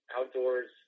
outdoors